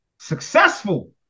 Successful